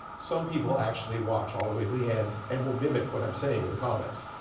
some people actually watch all the way to the end, and will mimic what i'm saying in the comments.